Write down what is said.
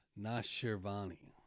Nashirvani